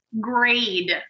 grade